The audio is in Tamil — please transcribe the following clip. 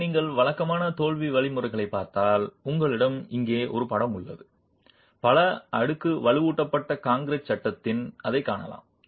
எனவே நீங்கள் வழக்கமான தோல்வி வழிமுறைகளைப் பார்த்தால் உங்களிடம் இங்கே ஒரு படம் உள்ளது பல அடுக்கு வலுவூட்டப்பட்ட கான்கிரீட் சட்டத்தில் அதைக் காணலாம்